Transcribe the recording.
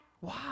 Wow